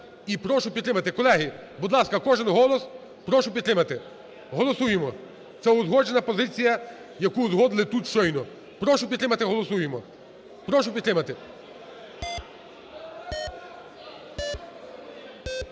і прошу підтримати. Колеги, будь ласка, кожен голос, прошу підтримати. Голосуємо. Це узгоджена позиція, яку узгодили тут щойно. Прошу підтримати, голосуємо. Прошу підтримати.